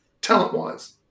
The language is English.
talent-wise